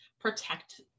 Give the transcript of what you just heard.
protect